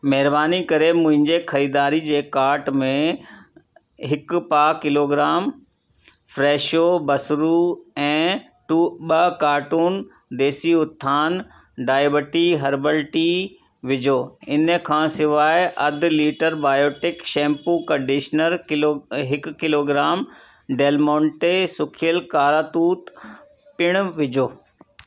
महिरबानी करे मुंहिंजे ख़रीदारी जे कार्ट में हिकु पा किलोग्राम फ्रेशो बसरू ऐं टू ॿ carton Desi Utthan diabetic herbal tea विझो इन खां सिवाइ अधु litre Biotique shampoo conditioner kilo हिकु किलोग्राम डेलमोंटे सुखियल कारा तूत पिणु विझो